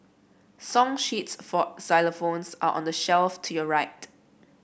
song sheets for xylophones are on the shelf to your right